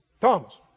Thomas